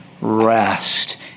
rest